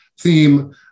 theme